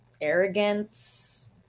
arrogance